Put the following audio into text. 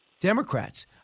Democrats